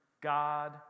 God